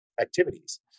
activities